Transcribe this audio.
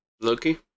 Loki